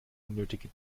unnötige